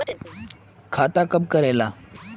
खाता कब करेला?